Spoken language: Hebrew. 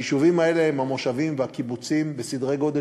היישובים האלה הם המושבים והקיבוצים בסדרי גודל